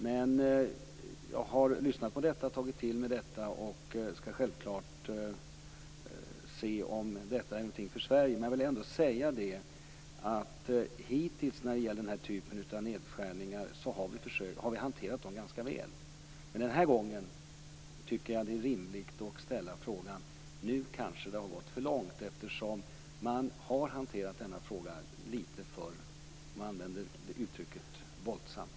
Men jag har lyssnat på det som sades, jag har tagit till mig detta och skall självklart se om det är någonting för Jag vill ändå säga följande. Hittills när det gäller den här typen av nedskärningar har vi hanterat det ganska väl. Den här gången tycker jag att det är rimligt att ställa frågan om det nu kanske har gått för långt. Man har hanterat denna fråga lite för våldsamt, om jag skall använda det uttrycket.